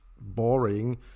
boring